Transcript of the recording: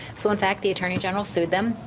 so in fact the attorney general sued them,